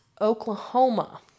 Oklahoma